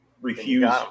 refuse